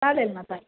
चालेल ना चालेल